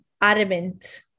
adamant